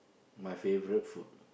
my favourite food